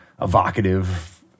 evocative